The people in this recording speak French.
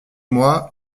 moi